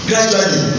Gradually